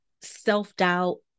self-doubt